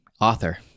author